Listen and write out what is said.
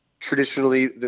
Traditionally